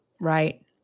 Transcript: Right